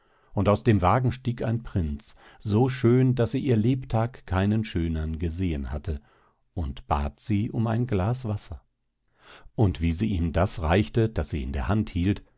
und aus dem wagen stieg ein prinz so schön daß sie ihr lebtag keinen schönern gesehen hatte und bat sie um ein glas wasser und wie sie ihm das reichte das sie in der hand hielt